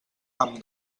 amb